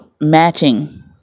matching